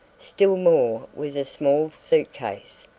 still more was a small suit-case,